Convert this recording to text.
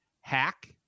hack